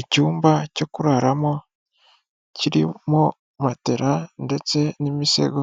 Icyumba cyo kuraramo kirimo matela ndetse n'imisego,